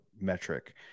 metric